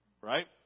right